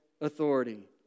authority